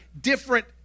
different